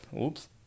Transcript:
oops